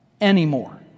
anymore